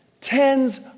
Tens